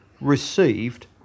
received